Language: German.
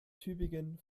tübingen